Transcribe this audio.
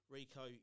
Rico